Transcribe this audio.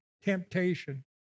temptation